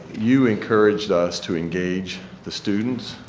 you encouraged us to engage the students,